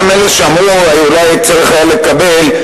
גם אלה שאמרו שאולי צריך לקבל,